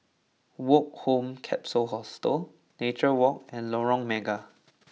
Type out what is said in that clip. Woke Home Capsule Hostel Nature Walk and Lorong Mega